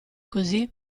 così